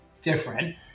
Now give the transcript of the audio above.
different